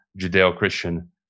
Judeo-Christian